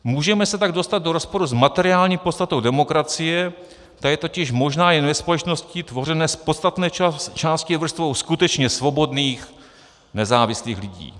Můžeme se tak dostat do rozporu s materiální podstatou demokracie, ta je totiž možná jen ve společnosti tvořené z podstatné části vrstvou skutečně svobodných, nezávislých lidí.